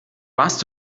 warst